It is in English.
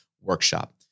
workshop